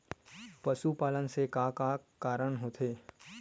पशुपालन से का का कारण होथे?